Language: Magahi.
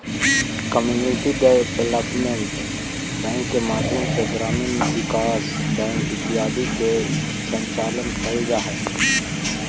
कम्युनिटी डेवलपमेंट बैंक के माध्यम से ग्रामीण विकास बैंक इत्यादि के संचालन कैल जा हइ